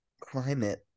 climate